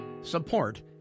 support